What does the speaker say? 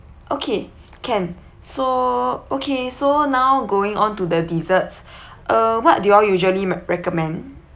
okay can so okay so now going on to the desserts uh what do you all usually me~ recommend